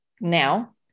now